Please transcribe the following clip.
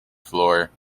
floor